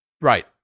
right